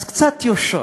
אז קצת יושרה.